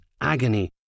agony